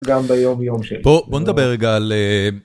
גם ביום יום, בוא נדבר רגע על.